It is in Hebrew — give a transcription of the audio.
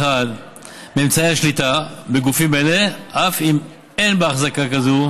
מאמצעי השליטה בגופים אלה אף אם אין בהחזקה כזאת